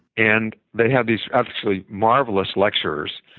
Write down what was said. and they had these actually marvelous lectures.